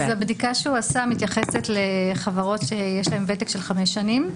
הבדיקה שהוא עשה מתייחסת לחברות שיש להם ותק של חמש שנים.